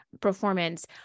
performance